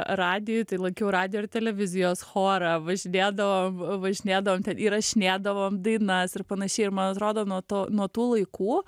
radijuj tai lankiau radijo ir televizijos chorą važinėdavom važinėdavom ten įrašinėdavom dainas ir panašiai ir man atrodo nuo to nuo tų laikų